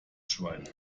schwein